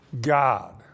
God